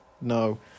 No